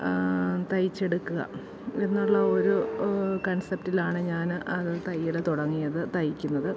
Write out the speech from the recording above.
തയ്ച്ചു എടുക്കുക എന്നുള്ള ഒരു കൺസപ്റ്റിൽ ആണ് ഞാൻ അത് തയ്യൽ തുടങ്ങിയത് തയ്ക്കുന്നത്